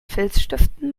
filzstiften